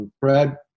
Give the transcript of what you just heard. Brad